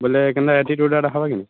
ବଲେ କେନ୍ତା ଏଡ଼ିଟ୍ଉଡ଼ାଟ୍ ହେବା କି ନାଇଁ